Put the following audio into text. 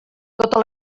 tota